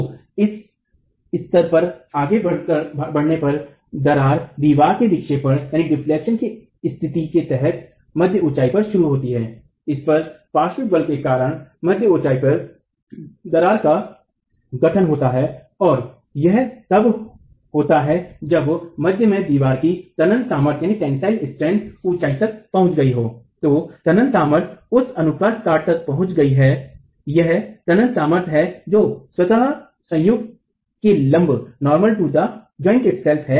तो इस स्तर पर आगे बढ़ने पर दरार दीवार के विक्षेपण की इस स्थिति के तहत मध्य ऊंचाई पर शुरू होती है इस पर पार्श्व बल के कारण मध्य ऊंचाई पर दरार का गठन होता है और यह तब होता है जब मध्य में दीवार की तनन सामर्थ्य ऊंचाई तक पहुंच गई हो तो तनन सामर्थ्य उस अनुप्रस्थ काट तक पहुंच गई है यह तनन सामर्थ्य है जो स्वतः संयुक्त के लम्भ है